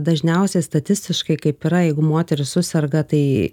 dažniausiai statistiškai kaip yra jeigu moteris suserga tai